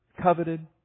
coveted